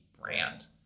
brand